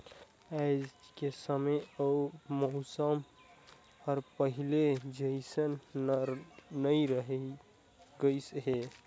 आयज के समे अउ मउसम हर पहिले जइसन नइ रही गइस हे